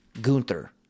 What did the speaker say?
Gunther